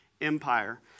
empire